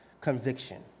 conviction